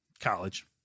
College